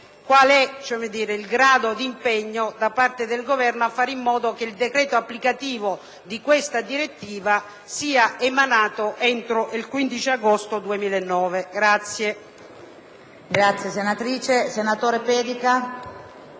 quale è il grado di impegno del Governo a fare in modo che il decreto applicativo di questa direttiva sia emanato entro il 15 agosto 2009.